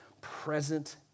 present